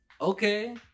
okay